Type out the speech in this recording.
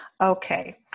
Okay